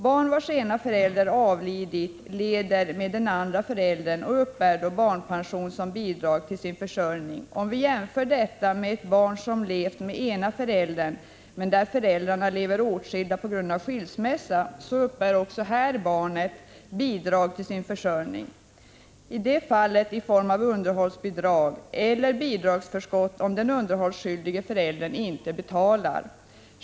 Barn, vilkas ena förälder avlidit, lever med den andre föräldern och uppbär då barnpension som bidrag till sin försörjning. Vi kan jämföra detta med ett barn som lever med ena föräldern men där föräldrarna lever åtskilda på grund av skilsmässa. Också här uppbär barnet bidrag till sin försörjning, i detta falli form av underhållsbidrag eller bidragsförskott, om den underhållsskyldige föräldern inte betalar.